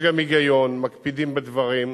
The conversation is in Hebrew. יש גם היגיון, מקפידים בדברים,